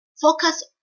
Focus